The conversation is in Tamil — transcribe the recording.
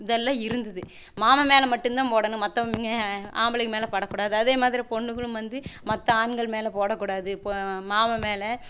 முதல்ல இருந்தது மாமன் மேல் மட்டுந்தான் போடணும் மற்றவங்க ஆம்பளைங்க மேல் பட கூடாது அதே மாதிரி பொண்ணுங்களும் வந்து மற்ற ஆண்கள் மேல் போட கூடாது மாமன் மேல்